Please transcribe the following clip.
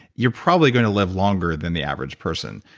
you're probably going to live longer than the average person,